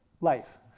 life